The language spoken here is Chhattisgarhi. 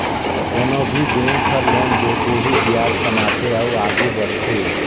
कोनो भी बेंक हर लोन दे के ही बियाज कमाथे अउ आघु बड़थे